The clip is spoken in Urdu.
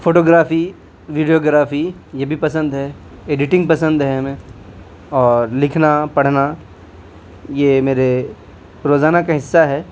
فوٹو گرافی ویڈیو گرافی یہ بھی پسند ہے ایڈیٹنگ پسند ہے ہمیں اور لکھنا پڑھنا یہ میرے روزانہ کا حصہ ہے